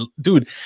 dude